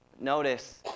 Notice